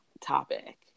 topic